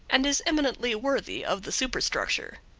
and is eminently worthy of the superstructure.